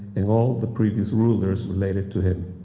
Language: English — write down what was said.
and all the previous rulers related to him.